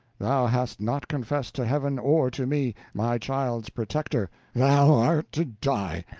thou hast not confessed to heaven or to me, my child's protector thou art to die.